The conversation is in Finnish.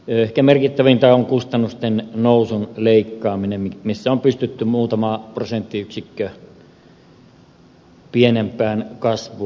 ehkä merkittävintä on kustannusten nousun leikkaaminen jossa on pystytty muutama prosenttiyksikkö pienempään kasvuun kuin muualla valtakunnassa